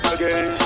Again